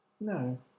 no